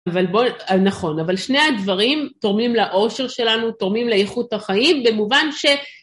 נכון, אבל שני הדברים תורמים לאושר שלנו, תורמים לאיכות החיים, במובן ש...